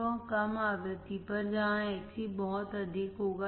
तो कम आवृत्ति पर जहां Xc बहुत अधिक होगा